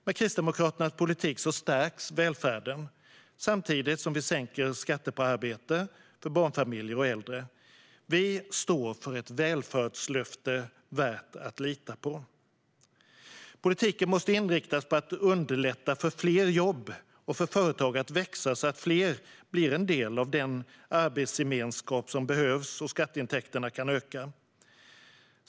Med Kristdemokraternas politik stärks välfärden samtidigt som vi sänker skatten på arbete och för barnfamiljer och äldre. Vi står för ett välfärdslöfte värt att lita på. Politiken måste inriktas på att underlätta för fler jobb och för företag att växa så att fler blir en del av den arbetsgemenskap som behövs och så att skatteintäkterna kan öka.